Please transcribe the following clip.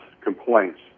complaints